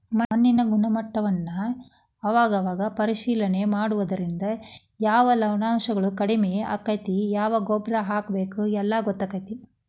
ಮಣ್ಣಿನ ಗುಣಮಟ್ಟಾನ ಅವಾಗ ಅವಾಗ ಪರೇಶಿಲನೆ ಮಾಡುದ್ರಿಂದ ಯಾವ ಲವಣಾಂಶಾ ಕಡಮಿ ಆಗೆತಿ ಯಾವ ಗೊಬ್ಬರಾ ಹಾಕಬೇಕ ಎಲ್ಲಾ ಗೊತ್ತಕ್ಕತಿ